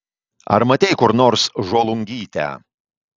ar matei kur nors žolungytę